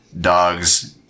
dogs